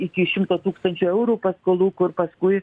iki šimto tūkstančių eurų paskolų kur paskui